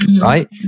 right